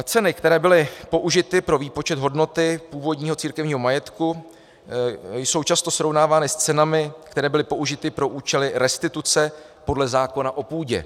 Ceny, které byly použity pro výpočet hodnoty původního církevního majetku, jsou často srovnávány s cenami, které byly použity pro účely restituce podle zákona o půdě.